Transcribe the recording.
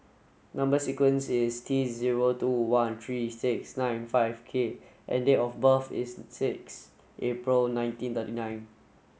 number sequence is T zero two one three six nine five K and date of birth is six April nineteen thirty nine